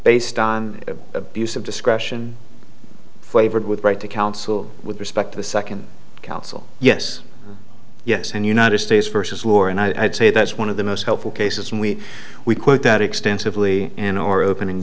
based on abuse of discretion flavored with right to counsel with respect to the second council yes yes and united states versus war and i'd say that's one of the most hopeful cases and we we quote that extensively and or opening